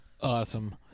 Awesome